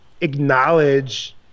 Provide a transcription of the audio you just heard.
acknowledge